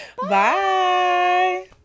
Bye